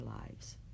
lives